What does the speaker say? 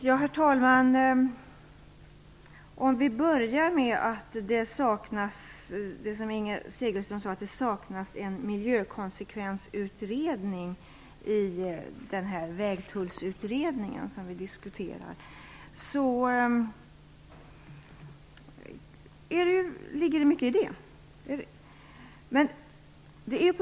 Herr talman! Jag vill börja med det som Inger Segelström sade, att det saknas en miljökonsekvensutredning i Vägtullsutredningen som vi nu diskuterar. Det ligger mycket i det.